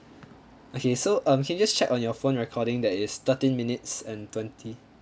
okay so um can you just check on your phone recording that is thirteen minutes and twenty